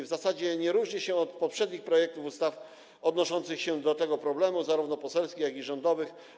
W zasadzie nie różni się on od poprzednich projektów ustaw odnoszących się do tego problemu, zarówno poselskich, jak i rządowych.